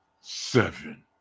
seven